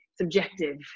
subjective